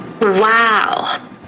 Wow